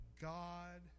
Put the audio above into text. God